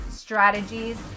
strategies